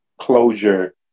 closure